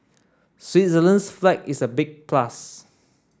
Switzerland's flag is a big plus